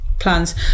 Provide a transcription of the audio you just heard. plans